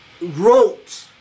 wrote